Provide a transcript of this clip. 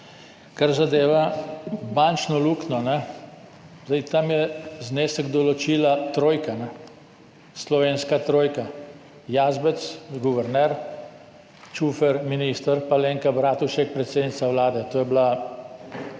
Kar zadeva bančno luknjo, tam je znesek določila trojka, slovenska trojka Jazbec, guverner, Čufer, minister, in Alenka Bratušek, predsednica Vlade. Se je sama